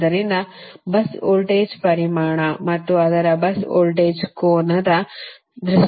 ಆದ್ದರಿಂದ bus voltage ಪರಿಮಾಣ ಮತ್ತು ಅದರ bus ವೋಲ್ಟೇಜ್ ಕೋನದ ದೃಷ್ಟಿಯಿಂದಲೂ ಸರಿನಾ